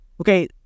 Okay